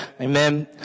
amen